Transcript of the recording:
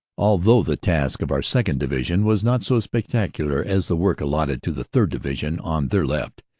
although the task of our second. division was not so spectac ular as the work allotted to the third. division on their left,